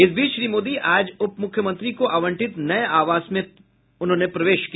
इस बीच श्री मोदी आज उप मुख्यमंत्री को आवंटित नये आवास में प्रवेश किया